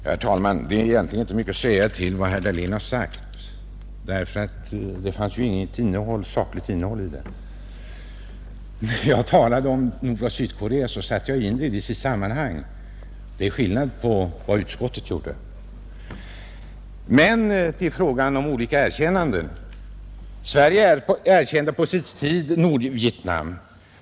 Fru talman! Det är egentligen inte mycket att svara på herr Dahléns yttrande, eftersom det inte fanns något sakligt innehåll i det. När jag talade om Sydkorea satte jag in det i sitt sammanhang. Det är något annat än vad utskottet gjort. Men till frågan om olika erkännanden! Sverige erkände på sin tid Nordvietnam.